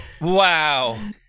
Wow